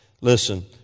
Listen